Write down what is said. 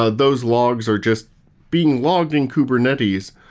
ah those logs are just being logged in kubernetes.